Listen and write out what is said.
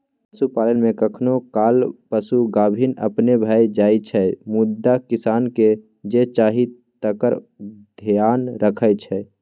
पशुपालन मे कखनो काल पशु गाभिन अपने भए जाइ छै मुदा किसानकेँ जे चाही तकर धेआन रखै छै